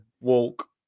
walk